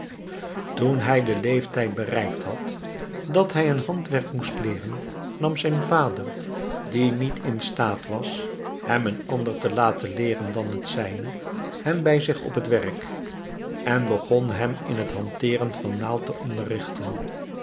toen hij den leeftijd bereikt had dat hij een handwerk moest leeren nam zijn vader die niet in staat was hem een ander te laten leeren dan het zijne hem bij zich op het werk en begon hem in het hanteeren van den naald te